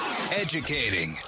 Educating